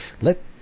Let